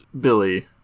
billy